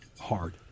hard